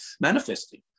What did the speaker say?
manifesting